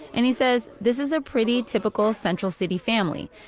and he says this is a pretty typical central city family.